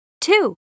Two